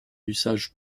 usage